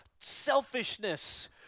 selfishness